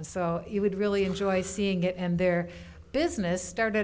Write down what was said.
so you would really enjoy seeing it and their business started